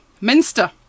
Minster